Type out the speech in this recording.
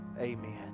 Amen